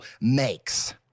makes